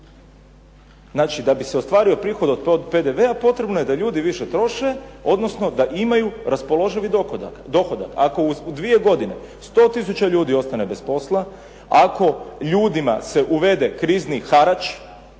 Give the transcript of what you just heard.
Znači da bi se ostvario prihod od PDV-a potrebno je da ljudi više troše, odnosno da imaju raspoloživi dohodak. Ako u dvije godine 100 tisuća ljudi ostane bez posla, ako ljudima se uvede krizni harač,